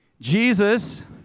Jesus